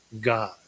God